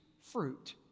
fruit